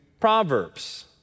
proverbs